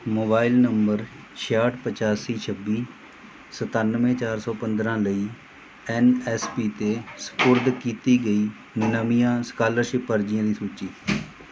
mobile number ਛਿਆਹਠ ਪਚਾਸੀ ਛੱਬੀ ਸਤਾਨਵੇਂ ਚਾਰ ਸੌ ਪੰਦਰਾਂ ਲਈ ਐੱਨ ਐੱਸ ਪੀ 'ਤੇ ਸਪੁਰਦ ਕੀਤੀ ਗਈ ਨਵੀਆਂ ਸਕਾਲਰਸ਼ਿਪ ਅਰਜੀਆਂ ਦੀ ਸੂਚੀ